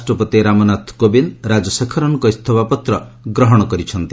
ରାଷ୍ଟ୍ରପତି ରାମନାଥ କୋବିନ୍ଦ ରାଜଶେଖରନ୍ଙ୍କ ଇସ୍ତଫା ପତ୍ର ଗ୍ରହଣ କରିଛନ୍ତି